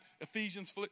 Ephesians